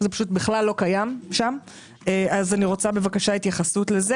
אני רוצה להתייחסות לזה.